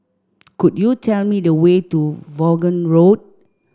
could you tell me the way to Vaughan Road